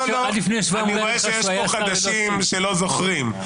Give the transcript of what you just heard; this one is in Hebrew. אני רואה שיש פה חדשים שלא זוכרים.